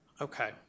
Okay